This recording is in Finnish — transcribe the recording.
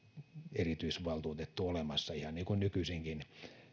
erityisvaltuutettu olemassa ihan niin kuin nykyisinkin